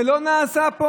זה לא נעשה פה.